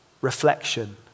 reflection